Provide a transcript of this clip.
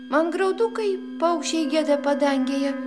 man graudu kai paukščiai gieda padangėje